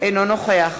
אינו נוכח